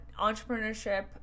Entrepreneurship